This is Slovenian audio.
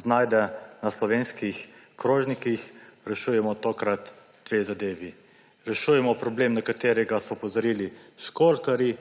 znajdejo na slovenskih krožnikih, rešujemo tokrat dve zadevi. Rešujemo problem, na katerega so opozorili školjkarji,